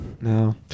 No